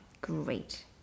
Great